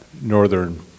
Northern